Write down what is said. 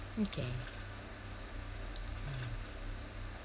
okay mm